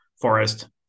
forest